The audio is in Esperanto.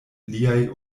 liaj